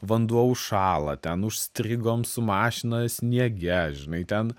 vanduo užšąla ten užstrigom su mašina sniege žinai ten